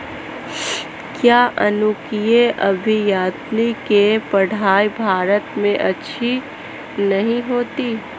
क्या जनुकीय अभियांत्रिकी की पढ़ाई भारत में अच्छी नहीं होती?